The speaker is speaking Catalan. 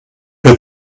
que